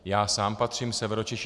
Já sám patřím k Severočeši.